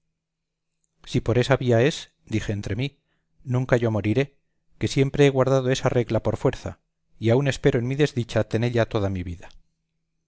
si por esa vía es dije entre mí nunca yo moriré que siempre he guardado esa regla por fuerza y aun espero en mi desdicha tenella toda mi vida